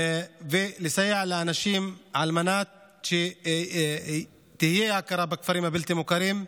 ולסייע לאנשים על מנת שתהיה הכרה בכפרים הבלתי-מוכרים.